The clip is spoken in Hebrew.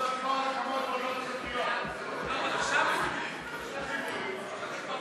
ההצעה להסיר מסדר-היום את הצעת חוק לתיקון